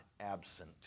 absent